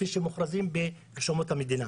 כפי שמוכרזים ברשומות המדינה.